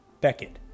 Beckett